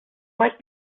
might